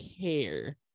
care